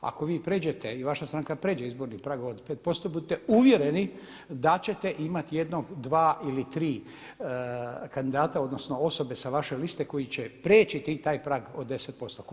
Ako vi pređete i vaša stranka pređe izborni prag od 5% budite uvjereni da ćete imati jednog, dva ili tri kandidata odnosno osobe sa vaše liste koji će preći taj prag od 10%